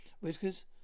Whiskers